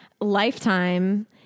Lifetime